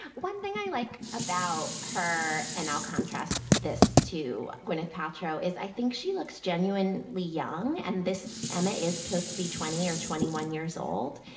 one thing i like about her and i'll contrast this to gwyneth paltrow is i think she looks genuinely young. and this, emma is supposed to be twenty year, twenty one years old.